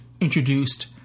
introduced